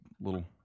little